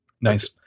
nice